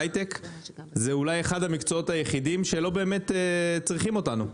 ההיי-טק הוא אחד המקצועות היחידים שלא באמת צריכים אותנו .